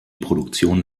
produktion